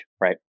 right